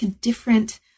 different